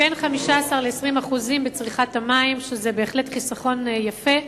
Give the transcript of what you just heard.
בין 15% ל-20% בצריכת המים, שזה חיסכון יפה.